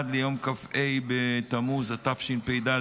עד ליום כ"ה בתמוז התשפ"ד,